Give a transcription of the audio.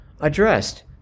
addressed